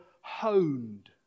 honed